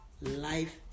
life